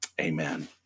amen